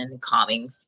calming